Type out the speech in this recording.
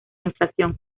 inflación